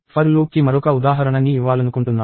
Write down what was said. for లూప్కి మరొక ఉదాహరణ ని ఇవ్వాలనుకుంటున్నాము